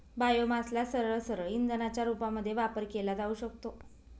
बायोमासला सरळसरळ इंधनाच्या रूपामध्ये वापर केला जाऊ शकतो